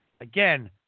again